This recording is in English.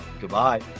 Goodbye